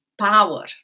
power